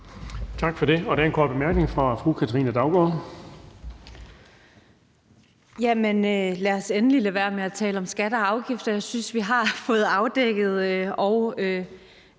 Tak for det. Der er en kort bemærkning fra fru Katrine Daugaard. Kl. 11:24 Katrine Daugaard (LA): Jamen lad os endelig lade være med at tale om skatter og afgifter. Jeg synes, vi har fået afdækket og